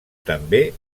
també